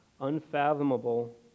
unfathomable